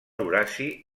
horaci